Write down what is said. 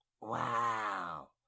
Wow